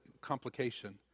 complication